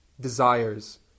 desires